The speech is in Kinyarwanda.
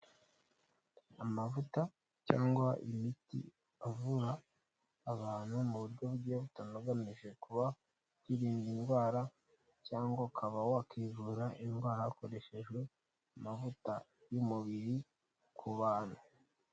Amavuta cyangwa imiti avura abantu mu buryo butabongamije kuba birinda indwara cyangwa ukaba wakivura indwara hakoreshejwe amavuta y'umubiri ku bantu.